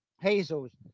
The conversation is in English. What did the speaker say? hazels